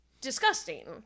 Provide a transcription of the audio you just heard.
disgusting